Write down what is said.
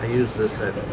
use this at?